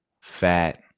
fat